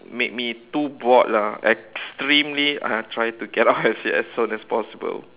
made me too bored lah extremely I try to get out as soon as possible